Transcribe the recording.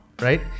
right